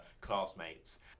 classmates